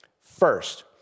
First